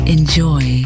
Enjoy